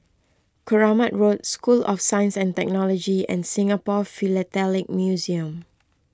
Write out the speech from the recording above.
Keramat Road School of Science and Technology and Singapore Philatelic Museum